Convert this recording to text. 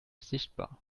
sichtbar